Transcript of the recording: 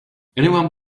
anyone